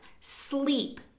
Sleep